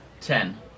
Ten